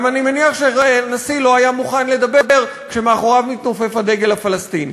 אני גם מניח שהנשיא לא היה מוכן לדבר כשמאחוריו מתנופף הדגל הפלסטיני.